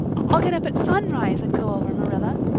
i'll get up at sunrise and go over, marilla.